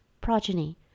progeny